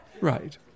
Right